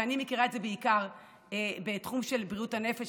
ואני מכירה את זה בעיקר מתחום בריאות הנפש,